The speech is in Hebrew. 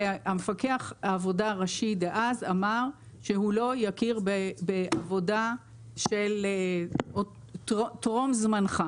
ומפקח העבודה הראשי דאז אמר שהוא לא יכיר בעבודה של טרום זמנך.